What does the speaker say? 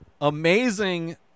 amazing